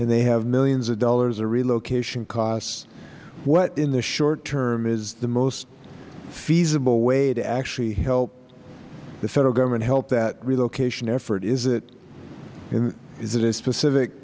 and they have millions of dollars of relocation costs what in the short term is the most feasible way to actually help for the federal government to help that relocation effort is it a specific